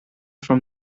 from